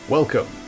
Welcome